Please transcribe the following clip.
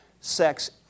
sex